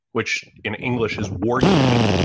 which in english is war gaming.